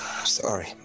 Sorry